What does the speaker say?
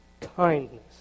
kindness